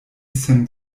sen